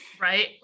Right